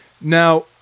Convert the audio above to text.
Now